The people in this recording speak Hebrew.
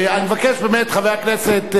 חבר הכנסת פלסנר,